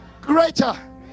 Greater